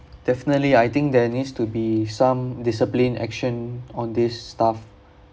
definitely I think there needs to be some disciplined action on this staff